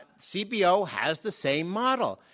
cpo has the same model,